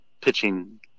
pitching